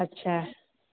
अच्छा